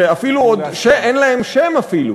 שעוד אין להן שם אפילו.